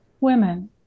women